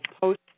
post